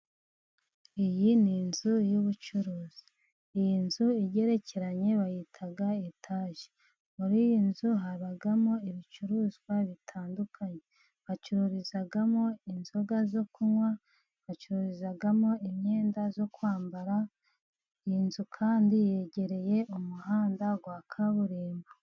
Iyi ni inzu y'ubucuruzi, iyi nzu igerekeranye bayita etaje, muri iyi nzu habamo ibicuruzwa bitandukanye, bacururizamo inzoga zo kunywa, bacuzamo imyenda yo kwambara, iyi nzu kandi yegereye umuhanda wa kaburimbo.